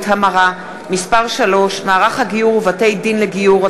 (המרה) (מס' 3) (מערך הגיור ובתי-דין לגיור),